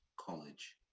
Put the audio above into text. college